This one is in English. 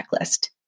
checklist